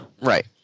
Right